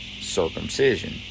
circumcision